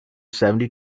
seventy